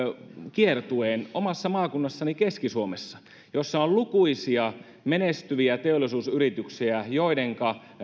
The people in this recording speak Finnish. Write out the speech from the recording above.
kiertueen omassa maakunnassani keski suomessa jossa on lukuisia menestyviä teollisuusyrityksiä joiden